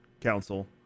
council